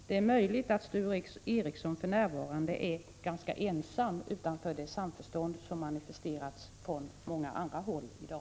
Det är möjligt att Sture Ericson för närvarande är ganska ensam utanför det samförstånd som har manifesterats från många andra håll i dag.